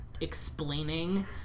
explaining